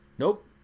Nope